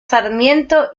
sarmiento